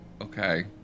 Okay